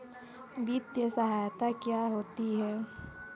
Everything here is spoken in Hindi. वित्तीय सहायता क्या होती है?